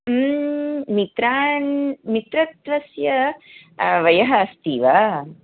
मित्रान् मित्रत्वस्य वयः अस्ति वा